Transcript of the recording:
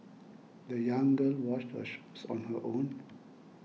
the young girl washed her shoes on her own